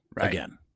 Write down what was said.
again